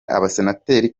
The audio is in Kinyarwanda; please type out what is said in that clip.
abasenateri